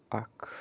اَکھ